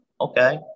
okay